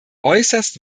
äußerst